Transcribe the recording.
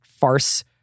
farce